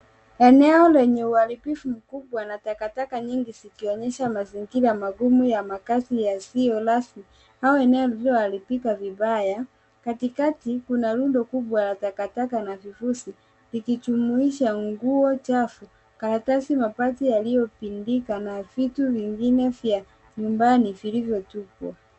Eneo lenye uharibivu mkubwa la takataka nyingi zikionyesha mazingira magumu na makazi yasio rasmi au eneo yalio haribika vibaya katikati kuna rundo kubwa la takataka na vifuzi vikijumuisha nguo chafu karatasi mabati yaliyopindika na vitu vingine vya nyumbani vilivyotupwa.